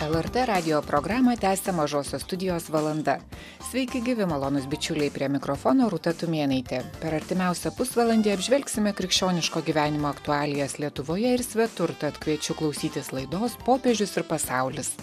lrt radijo programą tęsia mažosios studijos valanda sveiki gyvi malonūs bičiuliai prie mikrofono rūta tumėnaitė per artimiausią pusvalandį apžvelgsime krikščioniško gyvenimo aktualijas lietuvoje ir svetur tad kviečiu klausytis laidos popiežius ir pasaulis